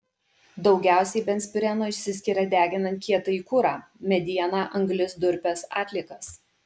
daugiausiai benzpireno išsiskiria deginant kietąjį kurą medieną anglis durpes atliekas